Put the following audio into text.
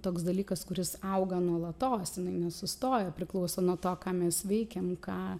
toks dalykas kuris auga nuolatos jinai nesustoja priklauso nuo to ką mes veikiam ką